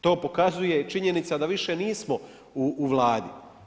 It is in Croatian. To pokazuje i činjenica da više nismo u Vladi.